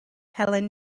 helen